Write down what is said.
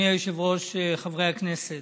אדוני היושב-ראש, חברי הכנסת,